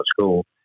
school